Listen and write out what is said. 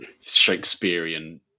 Shakespearean